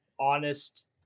honest